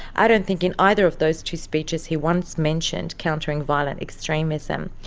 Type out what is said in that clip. i don't think in either of those two speeches he once mentioned countering violent extremism.